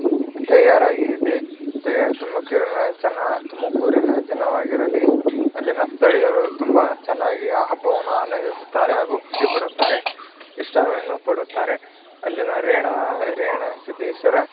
ತಯಾರಾಗಿದೆ ತಯಾರಿ ತುಮಕೂರಿನ ಜನ ತುಮಕೂರಿನ ಜನವಾಗಿರಲಿ ಅಲ್ಲಿನ ಸ್ಥಳೀಯರು ತುಂಬ ಚೆನ್ನಾಗಿ ಆ ಹಬ್ಬವನ್ನು ಆನಂದಿಸುತ್ತಾರೆ ಹಾಗೂ ಖುಷಿಪಡುತ್ತಾರೆ ಇಷ್ಟವನ್ನು ಪಡುತ್ತಾರೆ ಅಲ್ಲಿನ ರೇಣು ರೇವಣ ಸಿದ್ಧೇಶ್ವರ